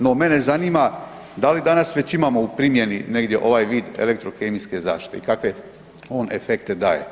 No, mene zanima da li danas već imamo u primjeni negdje ovaj vid elektrokemijske zaštite i kakve on efekte daje?